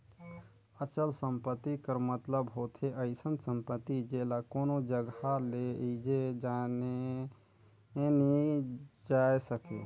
अचल संपत्ति कर मतलब होथे अइसन सम्पति जेला कोनो जगहा लेइजे लाने नी जाए सके